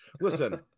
Listen